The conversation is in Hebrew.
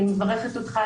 אני מברכת אותך,